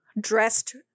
dressed